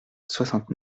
soixante